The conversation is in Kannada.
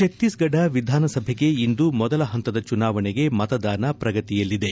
ಛತ್ತೀಸ್ಗಢ ವಿಧಾನಸಭೆಗೆ ಇಂದು ಮೊದಲ ಹಂತದ ಚುನಾವಣೆಗೆ ಮತದಾನ ಪ್ರಗತಿಯಿಲ್ಲಿದೆ